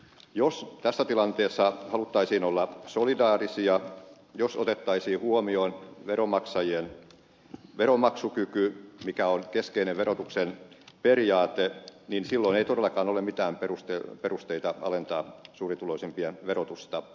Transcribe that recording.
jos tässä tilanteessa haluttaisiin olla solidaarisia jos otettaisiin huomioon veronmaksajien veronmaksukyky mikä on keskeinen verotuksen periaate niin silloin ei todellakaan ole mitään perusteita alentaa suurituloisimpien verotusta